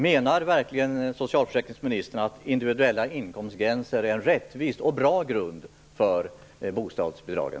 Menar verkligen socialförsäkringsministern att individuella inkomstgränser är en rättvis och bra grund för bostadsbidragen?